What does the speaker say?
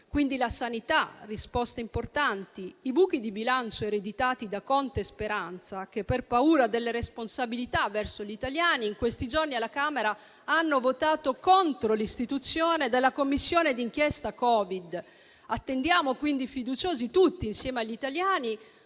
sulla sanità, rispetto ai buchi di bilancio ereditati da Conte e Speranza che, per paura delle responsabilità verso gli italiani, in questi giorni alla Camera hanno votato contro l'istituzione della Commissione d'inchiesta Covid. Attendiamo quindi fiduciosi tutti, insieme agli italiani,